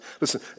Listen